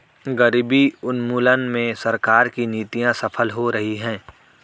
गरीबी उन्मूलन में सरकार की नीतियां सफल हो रही हैं